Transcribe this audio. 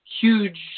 huge